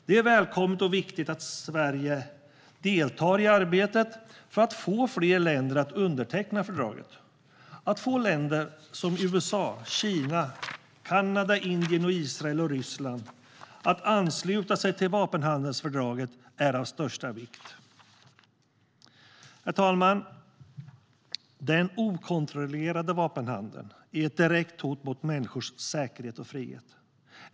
Det är välkommet och viktigt att Sverige deltar i arbetet för att få fler länder att underteckna fördraget. Att få länder som USA, Kina, Kanada, Indien, Israel och Ryssland att ansluta sig till vapenhandelsfördraget är av största vikt. Herr talman! Den okontrollerade vapenhandeln är ett direkt hot mot människors säkerhet och frihet.